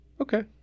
Okay